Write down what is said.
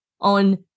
on